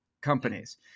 companies